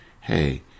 hey